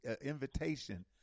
invitation